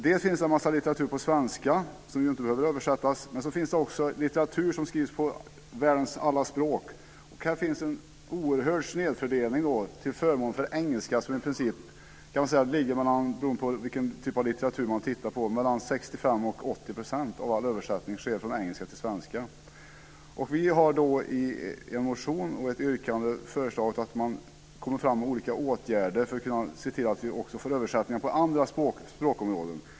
Dels finns det en massa litteratur på svenska, som ju inte behöver översättas, dels finns det litteratur som skrivs på världens alla andra språk. Här finns en oerhörd snedfördelning till förmån för engelskan. Den ligger, beroende på vilken typ av litteratur man tittar på, på mellan 65-80 %. Så stor andel av all översättning sker från engelska till svenska. Vi har i en motion och i ett yrkande föreslagit att man kommer fram med olika åtgärder för att se till att vi också får översättningar från andra språkområden.